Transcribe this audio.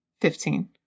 Fifteen